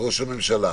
מראש הממשלה,